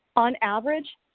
on average,